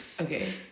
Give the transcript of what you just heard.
okay